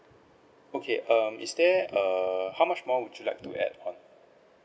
okay um is there err how much more would you like to add on